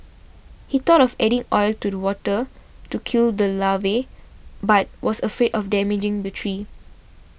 he thought of adding oil to the water to kill the larvae but was afraid of damaging the tree